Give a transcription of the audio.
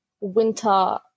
winter